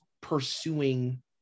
pursuing